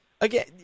Again